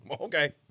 okay